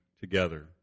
together